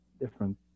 different